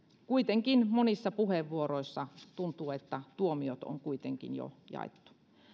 kuitenkin monissa puheenvuoroissa tuntuu että tuomiot on kuitenkin jo jaettu